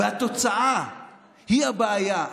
והתוצאה היא הבעיה.